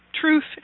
truth